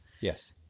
Yes